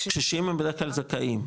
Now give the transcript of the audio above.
קשישים הם בדרך כלל זכאים,